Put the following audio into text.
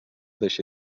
deixi